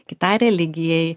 kitai religijai